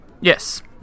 Yes